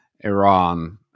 Iran